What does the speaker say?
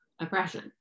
oppression